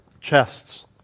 chests